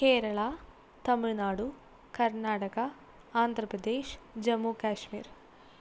Kerala Tamil Nadu Karnataka Andhra Pradesh Jammu Kashmir